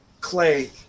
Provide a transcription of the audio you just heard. Clay